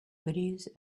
goodies